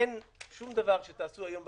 אין שום דבר שתעשו היום,